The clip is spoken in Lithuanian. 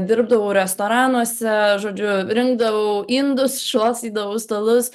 dirbdavau restoranuose žodžiu rinkdavau indus šluostydavau stalus